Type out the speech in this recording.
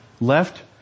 left